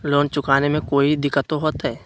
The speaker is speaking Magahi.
लोन चुकाने में कोई दिक्कतों होते?